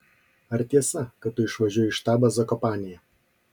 ar tiesa kad tu išvažiuoji į štabą zakopanėje